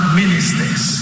ministers